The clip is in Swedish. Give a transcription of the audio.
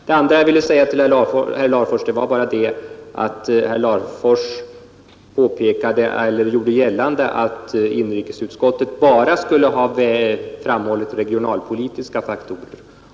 Det andra som jag vill säga är att herr Larfors gjorde gällande att inrikesutskottet bara har framhållit regionalpolitiska faktorer.